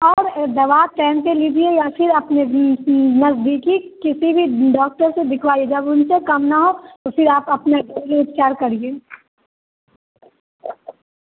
और दवा टेम से लीजिए या फिर अपने नज़दीकी किसी भी डॉक्टर को दिखवाइए जब उनसे कम ना हो ट फिर आप अपने घरेलू उपचार करिए